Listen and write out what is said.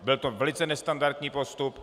Byl to velice nestandardní postup.